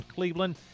Cleveland